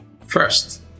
First